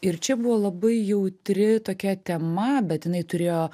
ir čia buvo labai jautri tokia tema bet jinai turėjo